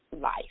life